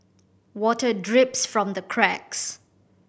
water drips from the cracks